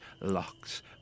locks